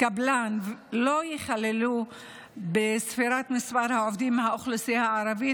קבלן לא ייכללו בספירת מספר העובדים מהאוכלוסייה הערבית,